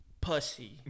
Pussy